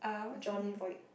Jon-Voight